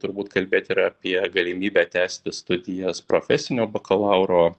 turbūt kalbėt ir apie galimybę tęsti studijas profesinio bakalauro